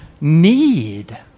need